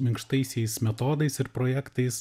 minkštaisiais metodais ir projektais